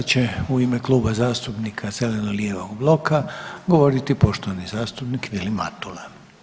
Sada će u ime Kluba zastupnika zeleno-lijevog bloka govoriti poštovani zastupnik Vilim Matula.